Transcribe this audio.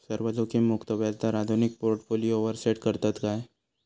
सर्व जोखीममुक्त व्याजदर आधुनिक पोर्टफोलियोवर सेट करतत काय?